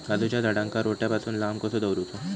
काजूच्या झाडांका रोट्या पासून लांब कसो दवरूचो?